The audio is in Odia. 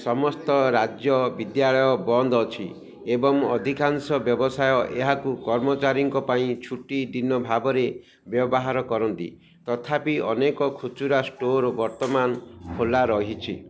ସମସ୍ତ ରାଜ୍ୟ ବିଦ୍ୟାଳୟ ବନ୍ଦ ଅଛି ଏବଂ ଅଧିକାଂଶ ବ୍ୟବସାୟ ଏହାକୁ କର୍ମଚାରୀଙ୍କ ପାଇଁ ଛୁଟି ଦିନ ଭାବରେ ବ୍ୟବହାର କରନ୍ତି ତଥାପି ଅନେକ ଖୁଚୁରା ଷ୍ଟୋର୍ ବର୍ତ୍ତମାନ ଖୋଲା ରହିଛି